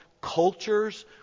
cultures